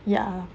ya